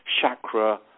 chakra